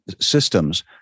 systems